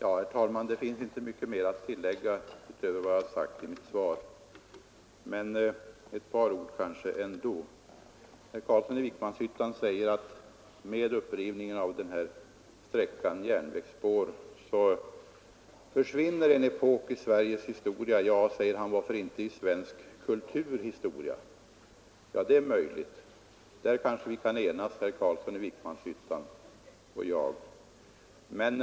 Herr talman! Det finns inte mycket mer att tillägga utöver vad jag sagt i mitt svar. Ett par ord ändå. Herr Carlsson i Vikmanshyttan säger att med upprivningen av järnvägsspåren på denna sträcka försvinner en epok i Sveriges historia — ja, varför inte i svensk kulturhistoria. Det är möjligt. Där kanske herr Carlsson i Vikmanshyttan och jag kan enas.